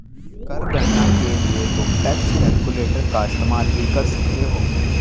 कर गणना के लिए तुम टैक्स कैलकुलेटर का इस्तेमाल भी कर सकते हो